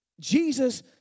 Jesus